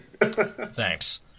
Thanks